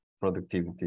productivity